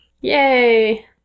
Yay